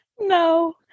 no